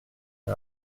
est